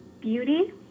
beauty